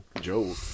Joe